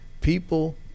People